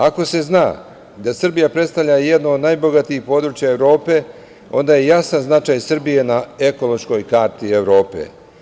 Ako se zna da Srbija predstavlja jedno od najbogatijih područja Evrope, onda je jasan značaj Srbije na ekološkoj karti Evrope.